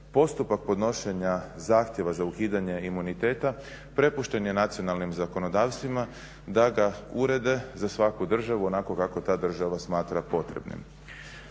postupak podnošenja zahtjeva za ukidanje imuniteta prepušten je nacionalnim zakonodavstvima da ga urede za svaku državu onako kako ta država smatra potrebnim.